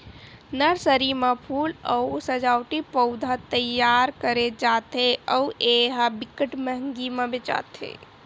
nursery म फूल अउ सजावटी पउधा तइयार करे जाथे अउ ए ह बिकट मंहगी म बेचाथे